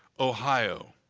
ohio.